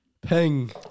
Ping